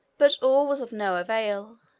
but all was of no avail.